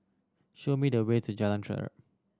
show me the way to Jalan Terap